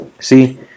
See